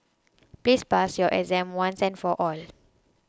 please pass your exam once and for all